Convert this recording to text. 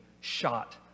shot